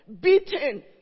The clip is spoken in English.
Beaten